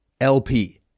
LP